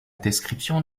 description